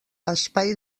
espai